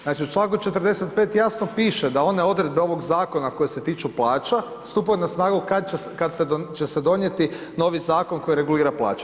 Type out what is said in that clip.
Znači u članku 45. jasno piše da one odredbe ovog zakona koje se tiču plaća stupaju na snagu kada će se donijeti novi zakon koji regulira plaće.